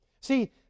See